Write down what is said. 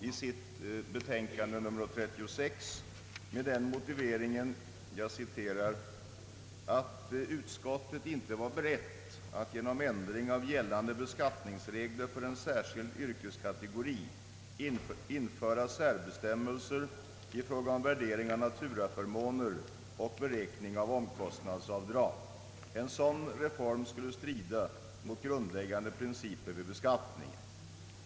I sitt betänkande nr 36 uttalade bevillningsutskottet att det inte varit berett att genom ändring av gällande beskattningsregler för en särskild yrkeskategori införa särbestämmelser i fråga om värdering av naturaförmåner och beräkning av omkostnadsavdrag. En sådan reform skulle strida mot grundläggande principer vid beskattningen.